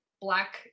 black